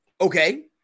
okay